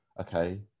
Okay